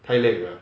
太累了